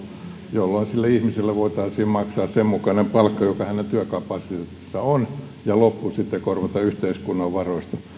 jolloin sille ihmiselle voitaisiin maksaa senmukainen palkka joka hänen työkapasiteettinsa on ja loppu sitten korvata yhteiskunnan varoista